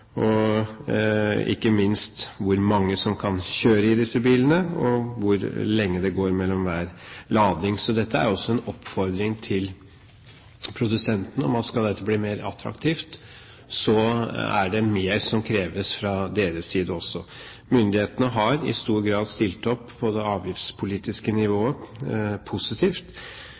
ikke minst hvor mange som kan kjøre i disse bilene, og hvor lenge det går mellom hver lading. Så dette er også en oppfordring til produsentene om at skal dette bli mer attraktivt, er det mer som kreves fra deres side også. Myndighetene har i stor grad stilt opp på det avgiftspolitiske nivået, positivt,